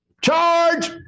charge